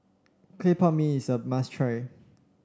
Clay Pot Mee is a must try